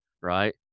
right